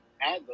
add